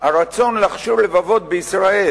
הרצון להכשיר לבבות בישראל.